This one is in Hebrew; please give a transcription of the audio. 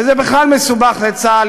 ושזה בכלל מסובך לצה"ל,